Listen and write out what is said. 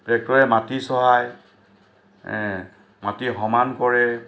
ট্ৰেক্টৰে মাটি চহায় মাটি সমান কৰে